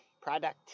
product